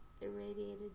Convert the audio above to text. irradiated